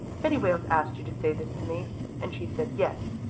betty wales asked you to say this to me and she said, yes,